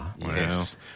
Yes